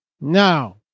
Now